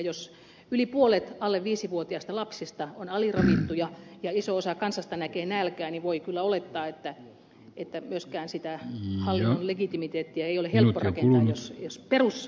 jos yli puolet alle viisivuotiaista lapsista on aliravittuja ja iso osa kansasta näkee nälkää niin voi kyllä olettaa että myöskään sitä hallinnon legitimiteettiä ei ole helppo rakentaa jos perusasioista on niin kova pula